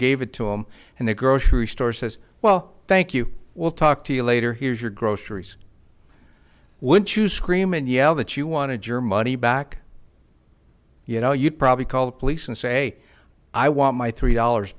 gave it to him and the grocery store says well thank you we'll talk to you later here's your groceries i would choose scream and yell that you want to germany back you know you'd probably call the police and say i want my three dollars